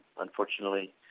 unfortunately